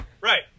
Right